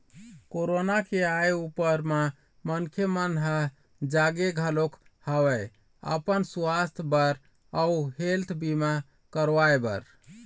corona के आय ऊपर म मनखे मन ह जागे घलोक हवय अपन सुवास्थ बर अउ हेल्थ बीमा करवाय बर